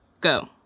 go